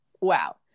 wow